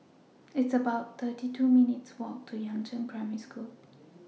It's about thirty two minutes' Walk to Yangzheng Primary School